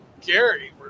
Gary